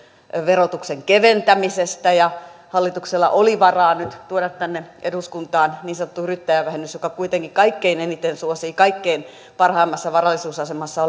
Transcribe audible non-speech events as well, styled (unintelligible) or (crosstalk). verotuksen keventämisestä ja hallituksella oli varaa nyt tuoda tänne eduskuntaan niin sanottu yrittäjävähennys joka kuitenkin kaikkein eniten suosii kaikkein parhaimmassa varallisuusasemassa (unintelligible)